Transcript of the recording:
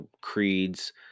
Creed's